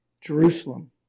Jerusalem